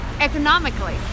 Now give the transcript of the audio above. economically